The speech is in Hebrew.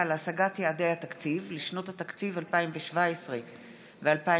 להשגת יעדי התקציב לשנות התקציב 2017 ו-2018)